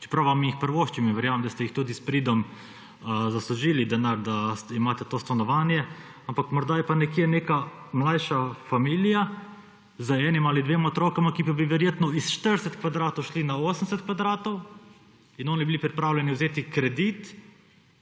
čeprav vam jih privoščim in verjamem, da ste tudi s pridom zaslužili denar, da imate to stanovanje. Ampak morda je pa nekje neka mlajša familija z enim ali dvema otrokoma, ki bi verjetno s 40 kvadratov šli na 80 kvadratov in oni bili pripravljeni vzeti kredit